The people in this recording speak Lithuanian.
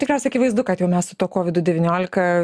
tikriausiai akivaizdu kad jau mes su tuo kovidu devyniolika